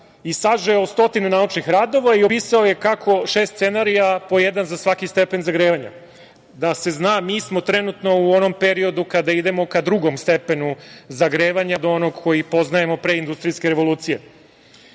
i sažeo stotine naučnih radova i opisao je šest scenarija, po jedan za svaki stepen zagrevanja. Da se zna, mi smo trenutno u onom periodu kada idemo ka drugom stepenu zagrevanja od onog koji poznajemo pre industrijske revolucije.